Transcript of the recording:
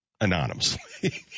anonymously